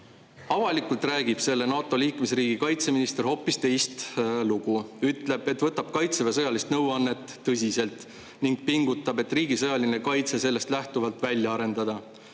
Avalikult räägib selle NATO liikmesriigi kaitseminister hoopis teist lugu. Ütleb, et võtab kaitseväe sõjalist nõuannet tõsiselt ning pingutab, et riigi sõjaline kaitse sellest lähtuvalt välja arendada.